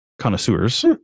connoisseurs